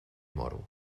moro